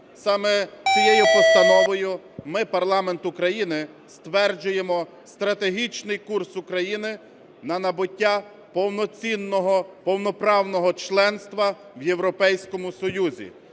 Саме цієї постановою ми, парламент України, стверджуємо стратегічний курс України на набуття повноцінного, повноправного членства в Європейському Союзі.